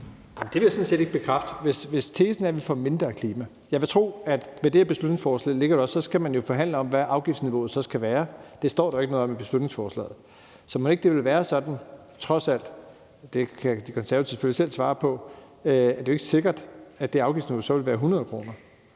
Det vil jeg sådan set ikke bekræfte, hvis tesen er, at vi får mindre klimahandling. Jeg vil tro, at ved at det her beslutningsforslag ligger der, skal man jo forhandle om, hvad afgiftsniveauet så skal være. Det står der ikke noget om i beslutningsforslaget. Så mon ikke det vil være sådan, trods alt – det kan De Konservative selvfølgelig selv svare på – at det jo ikke er sikkert, at det afgiftsniveau så vil være 100 kr.